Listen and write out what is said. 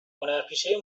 هنرپیشه